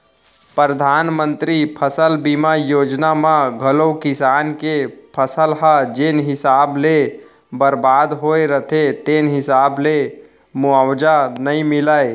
परधानमंतरी फसल बीमा योजना म घलौ किसान के फसल ह जेन हिसाब ले बरबाद होय रथे तेन हिसाब ले मुवावजा नइ मिलय